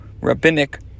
rabbinic